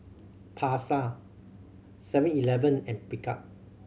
Pasar Seven Eleven and Picard